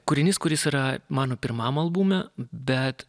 kūrinys kuris yra mano pirmam albume bet